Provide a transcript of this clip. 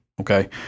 Okay